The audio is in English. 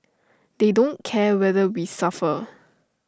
they don't care whether we suffer